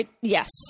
Yes